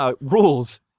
Rules